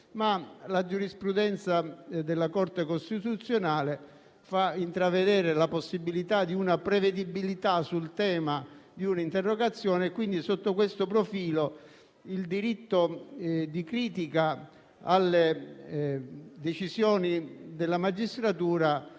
la giurisprudenza della Corte Costituzionale fa intravedere la possibilità di una prevedibilità sul tema di un'interrogazione. Sotto questo profilo, quindi, il diritto di critica alle decisioni della magistratura